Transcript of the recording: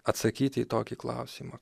atsakyti į tokį klausimą